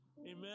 amen